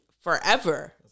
forever